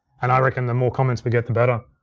and i reckon the more comments we get, the better.